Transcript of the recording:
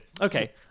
Okay